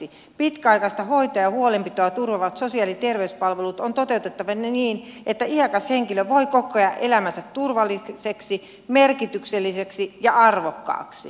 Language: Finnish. pitkäaikaista hoitoa ja huolenpitoa turvaavat sosiaali ja terveyspalvelut on toteutettava niin että iäkäs henkilö voi kokea elämänsä turvalliseksi merkitykselliseksi ja arvokkaaksi